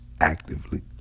actively